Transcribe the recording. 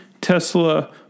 tesla